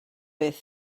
beth